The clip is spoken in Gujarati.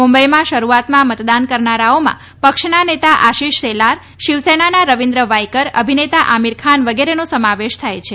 મુંબઇમાં શરૂઆતમાં મતદાન કરનારાઓમાં પક્ષના નેતા આશીષ શેલાર શિવસેનાના રવિન્દ્ર વાઇકર અભિનેતા આમીરખાન વગેરેનો સમાવેશ થાય છે